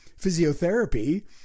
physiotherapy